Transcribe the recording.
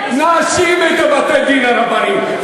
נאשים את בתי-הדין הרבניים.